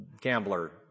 gambler